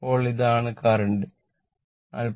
ഇപ്പോൾ ഇതാണ് കറന്റ് 43